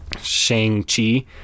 Shang-Chi